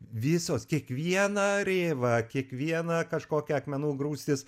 visos kiekviena rėva kiekviena kažkokia akmenų grūstis